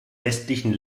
westlichen